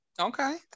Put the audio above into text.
okay